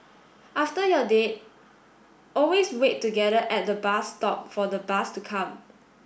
after your date always wait together at the bus stop for the bus to come